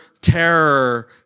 terror